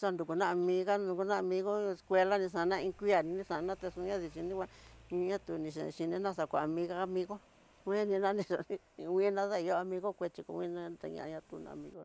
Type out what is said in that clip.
xanruku na amiga xan nrukuná nrukuna amigo escuela tixana iin kué ni xana iin kue ni nixana ni nixana texoniá dixhi ninguan minia, tuxhi nixhininá xakuan amiga amigo kueni nanixa, nguidaya amigo kuexhi kunanya amigo.